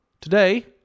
Today